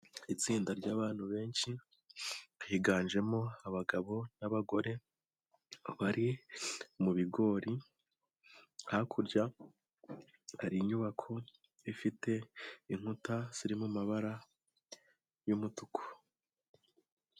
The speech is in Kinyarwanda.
Itsinda ry'abantu benshi hiyiganjemo abagabo n'abagore bari mu bigori, hakurya hari inyubako ifite inkuta zirimo amabara y'umutuku.